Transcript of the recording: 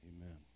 Amen